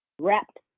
wrapped